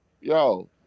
Yo